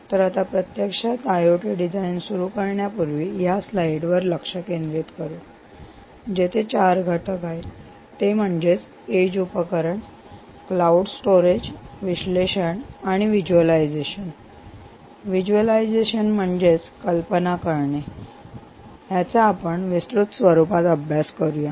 तर आता प्रत्यक्षात आय ओ टी डिझाईन सुरू करण्यापूर्वी या स्लाईडवर लक्ष केंद्रित करू जिथे चार घटक आहेत ते म्हणजे एज उपकरण क्लाऊड स्टोरेज विश्लेषण आणि व्हिज्युअलायझेशन कल्पना करणे visualisation व्हिज्युअलायझेशन म्हणजेच कल्पना करणे याचा आता आपण विस्तृत स्वरूपात अभ्यास करूया